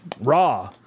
Raw